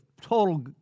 total